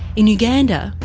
in uganda,